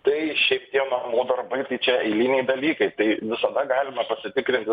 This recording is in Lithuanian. tai šiaip tie namų darbai tai čia eiliniai dalykai tai visada galima pasitikrinti